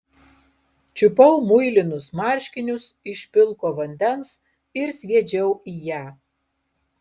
čiupau muilinus marškinius iš pilko vandens ir sviedžiau į ją